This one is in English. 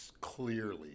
clearly